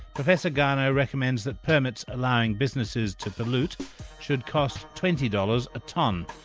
professor garnaut recommends that permits allowing businesses to pollute should cost twenty dollars a tonne.